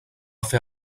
fer